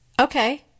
okay